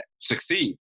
succeed